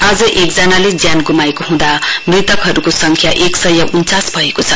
आज एक जनाले ज्यान ग्रमाएको हँदा मृतकहरूको सङ्ख्या एक सय उन्चास भएको छ